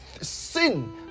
sin